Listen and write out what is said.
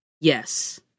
yes